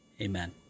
Amen